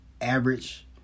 average